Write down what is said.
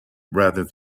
rather